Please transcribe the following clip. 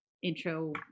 intro